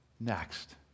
Next